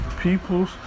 peoples